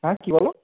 হ্যাঁ কি বলো